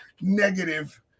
negative